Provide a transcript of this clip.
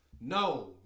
No